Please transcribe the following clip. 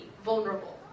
vulnerable